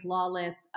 Lawless